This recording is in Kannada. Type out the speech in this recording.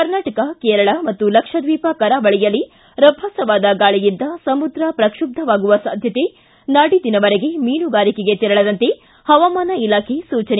ಕನಾಟಕ ಕೇರಳ ಮತ್ತು ಲಕ್ಷದ್ದೀಪ ಕರಾವಳಿಯಲ್ಲಿ ರಭಸವಾದ ಗಾಳಿಯಿಂದ ಸಮುದ್ರ ಪ್ರಕ್ಷಬ್ಭವಾಗುವ ಸಾಧ್ಯತೆ ನಾಡಿದ್ದಿನವರೆಗೆ ಮೀನುಗಾರಿಕೆಗೆ ತೆರಳದಂತೆ ಹವಾಮಾನ ಇಲಾಖೆ ಸೂಚನೆ